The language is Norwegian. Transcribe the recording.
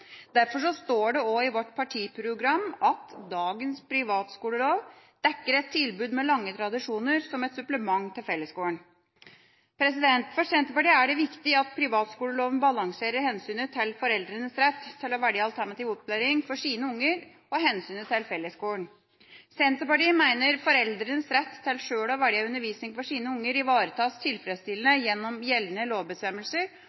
Derfor står det også i vårt partiprogram: «Dagens privatskolelov dekker et tilbud med lange tradisjoner som et supplement til fellesskolen.» For Senterpartiet er det viktig at privatskoleloven balanserer hensynet til foreldrenes rett til å velge alternativ opplæring for sine barn og hensynet til fellesskolen. Senterpartiet mener foreldrenes rett til sjøl å velge undervisning for sine barn ivaretas